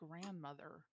grandmother